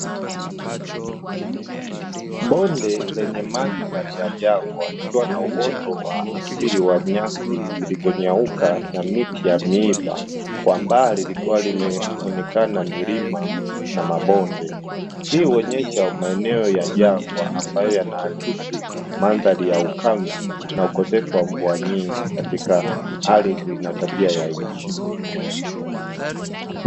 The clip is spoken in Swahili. Bonde lenye mandhari ya jangwa likiwa na uoto wa asili wa nyasi zilizonyauka na miti ya miiba. Kwa mbali likuwa limeonekana milima na mabonde. Hii huonyesha maeneo ya jangwa ambayo yanaakisi mandhari ya ukame na ukosefu wa mvua nyingi katika ardhi na tabia ya nchi.